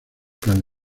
cada